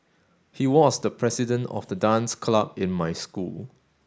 he was the president of the dance club in my school